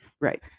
Right